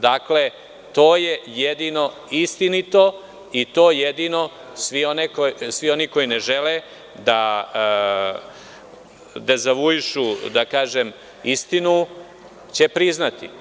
To je jedino istinito i to jedino svi oni koji ne žele da dezavuišu istinu će priznati.